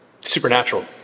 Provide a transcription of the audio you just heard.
Supernatural